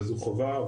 וזו חובה,